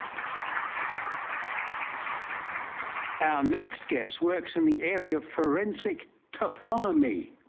our next guest works in the area of forensic taphonomy,